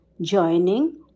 joining